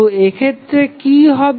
তো এক্ষেত্রে কি হবে